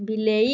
ବିଲେଇ